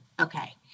Okay